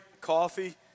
coffee